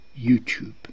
YouTube